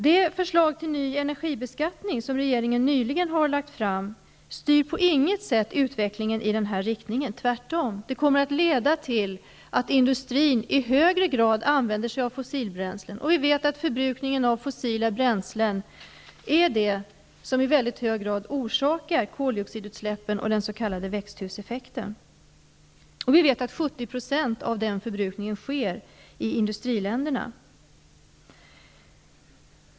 Det förslag till ny energibeskattning som regeringen nyligen har lagt fram styr på intet sätt utvecklingen i nämnda riktning. Tvärtom kommer det att leda till att industrin i högre grad använder sig av fossila bränslen. Men samtidigt vet vi att det är just förbrukningen av fossila bränslen som i väldigt hög grad orsakar koldioxidutsläppen och den s.k. växthuseffekten. 70 % av förbrukningen av fossila bränslen noteras i industriländerna.